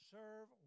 serve